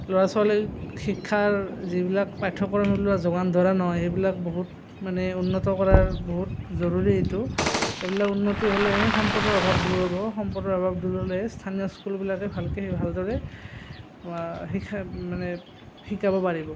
ল'ৰা ছোৱালীৰ শিক্ষাৰ যিবিলাক পাঠ্যক্ৰম যোগান ধৰা নহয় সেইবিলাক বহুত মানে উন্নত কৰাৰ বহুত জৰুৰী এইটো এইবিলাক উন্নতি হ'লেহে সম্পদৰ অভাৱ দূৰ হ'ব সম্পদৰ অভাৱ দূৰ হ'লেহে স্থানীয় স্কুলবিলাকে ভালকে ভালদৰে মানে শিকাব পাৰিব